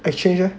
exchange eh